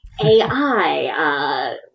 AI